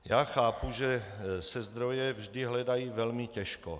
Já chápu, že se zdroje vždy hledají velmi těžko.